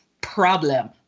problem